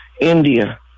India